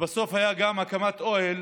ובסוף הייתה גם הקמת אוהל